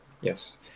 Yes